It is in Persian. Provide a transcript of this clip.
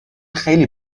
خیلی